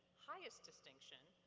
highest distinction,